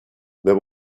there